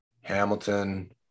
Hamilton